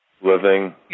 Living